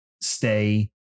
stay